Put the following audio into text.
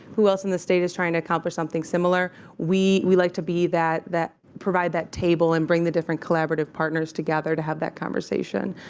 who else in the state is trying to accomplish something similar? we we like to be that, provide that table. and bring the different collaborative partners together to have that conversation.